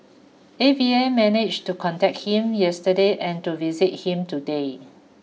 A V A managed to contact him yesterday and to visit him today